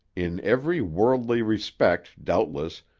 in every worldly respect, doubtless,